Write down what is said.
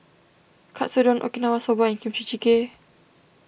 Katsudon Okinawa Soba and Kimchi Jjigae